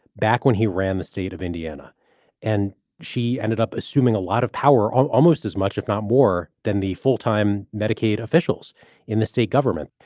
back when he ran the state of indiana and she ended up assuming a lot of power um almost as much, if not more than the full time medicaid officials in the state government.